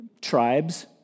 tribes